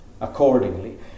accordingly